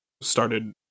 started